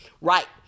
Right